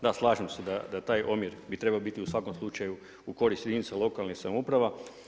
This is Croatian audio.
Da, slažem se da bi taj omjer trebao biti u svakom slučaju u korist jedinica lokalne samouprave.